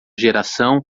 geração